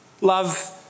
love